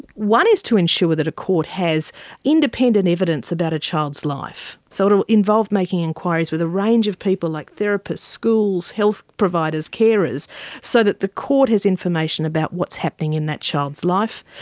one is to ensure that a court has independent evidence about a child's life. so it'll involve making enquiries with a range of people like therapists, schools, health providers, carers, so that the court has information about what's happening in that child's life.